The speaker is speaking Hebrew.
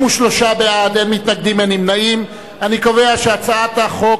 ההצעה להעביר את הצעת חוק